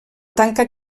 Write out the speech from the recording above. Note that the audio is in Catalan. tanca